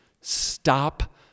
stop